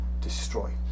destroy